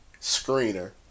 screener